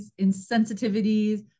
insensitivities